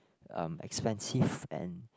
um expensive and